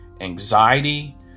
anxiety